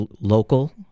local